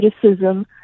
criticism